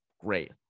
great